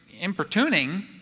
importuning